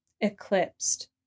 eclipsed